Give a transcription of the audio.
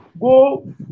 Go